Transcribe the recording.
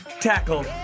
tackle